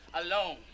Alone